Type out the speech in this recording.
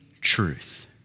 truth